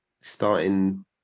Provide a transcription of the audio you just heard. Starting